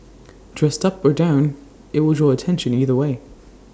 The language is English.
dressed up or down IT will draw attention either way